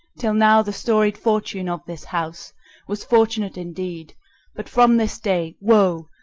till now the storied fortune of this house was fortunate indeed but from this day woe,